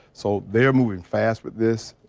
so they're moving fast with this.